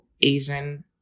Asian